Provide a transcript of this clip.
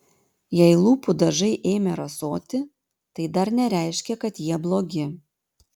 jei lūpų dažai ėmė rasoti tai dar nereiškia kad jie blogi